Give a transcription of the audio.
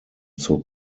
zur